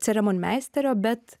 ceremonmeisterio bet